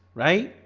right?